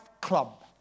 Club